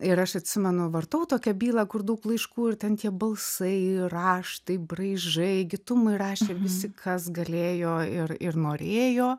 ir aš atsimenu vartau tokią bylą kur daug laiškų ir ten tie balsai raštai braižai kas galėjo ir ir norėjo